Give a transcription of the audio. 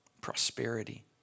prosperity